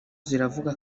ziravuga